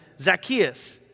Zacchaeus